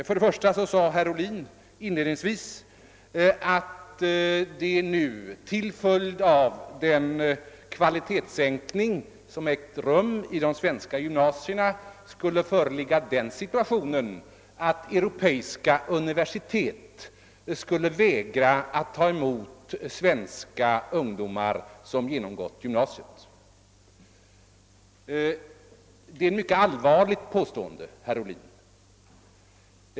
För det första sade herr Ohlin inled ningsvis att det nu till följd av den kvalitetssänkning som ägt rum i de svenska gymnasierna är så att europeiska universitet vägrar att ta emot svenska ungdomar som genomgått gymnasiet. Det är ett mycket allvarligt påstående, herr Ohlin.